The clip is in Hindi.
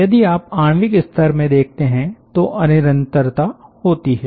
यदि आप आणविक स्तर में देखते हैं तो अनिरंतरता होती हैं